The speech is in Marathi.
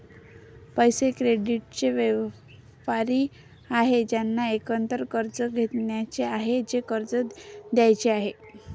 पैसे, क्रेडिटचे व्यापारी आहेत ज्यांना एकतर कर्ज घ्यायचे आहे, कर्ज द्यायचे आहे